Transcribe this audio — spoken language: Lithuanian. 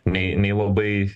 nei nei labai